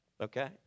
okay